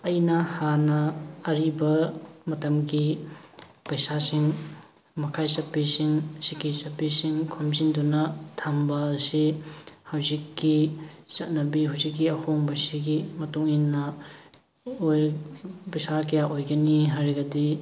ꯑꯩꯅ ꯍꯥꯟꯅ ꯑꯔꯤꯕ ꯃꯇꯝꯒꯤ ꯄꯩꯁꯥꯁꯤꯡ ꯃꯈꯥꯏ ꯆꯞꯄꯤꯁꯤꯡ ꯁꯤꯀꯤ ꯆꯞꯄꯤꯁꯤꯡ ꯈꯣꯝꯖꯤꯟꯗꯨꯅ ꯊꯝꯕ ꯑꯁꯤ ꯍꯧꯖꯤꯛꯀꯤ ꯆꯠꯅꯕꯤ ꯍꯧꯖꯤꯛꯀꯤ ꯑꯍꯣꯡꯕꯁꯤꯒꯤ ꯃꯇꯨꯡꯏꯟꯅ ꯑꯣꯏ ꯄꯩꯁꯥ ꯀꯌꯥ ꯑꯣꯏꯒꯅꯤ ꯍꯥꯏꯔꯒꯗꯤ